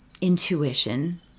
intuition